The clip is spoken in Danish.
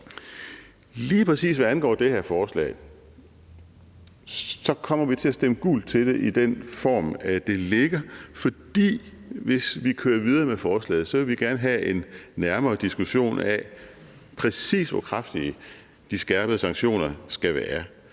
Lige præcis hvad angår det her forslag, kommer vi til at stemme gult til det i den form, det ligger, for hvis man kører videre med forslaget, vil vi gerne have en nærmere diskussion af, præcis hvor kraftige de skærpede sanktioner skal være.